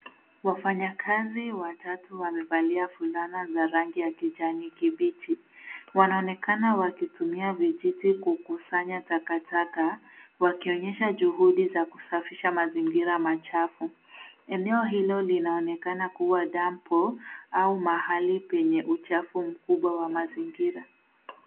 Wafanyakazi watu wamevalia fulana za rangi ya kijani kibichi wanaonekana wakitumia vijiti kukusanya takataka wakionyesha juhudi za kusafisha mazingira machafu. Eneo hilo linaonekana kuwa dampo au mahali penye uchafu mkubwa wa mazingira.